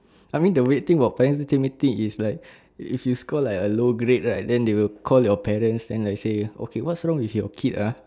I mean the weird thing about parent teacher meeting is like if you score like a low grade right then they will call your parents then like say okay what's wrong with your kid !huh!